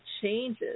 changes